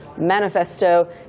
manifesto